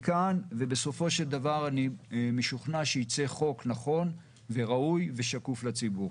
ובסופו של דבר אני משוכנע שיצא חוק נכון וראוי ושקוף לציבור.